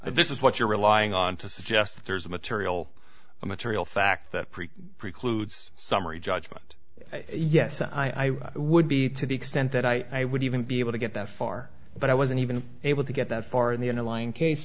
that this is what you're relying on to suggest that there's a material a material fact that pretty precludes summary judgment yes i would be to the extent that i would even be able to get that far but i wasn't even able to get that far in the underlying case